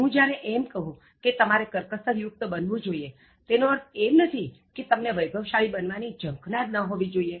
હું જ્યારે એમ કહું છું કે તમારે કરકસરયુક્ત બનવું જોઇએ તેનો અર્થ એમ નથી કે તમને વૈભવશાળી બનવાની ઝંખના જ ન હોવી જોઇએ